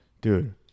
dude